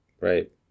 Right